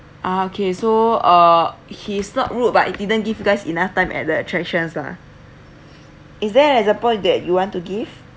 ah okay so uh he's not rude but he didn't give you guys enough time at the attractions lah is there an example that you want to give